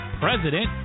President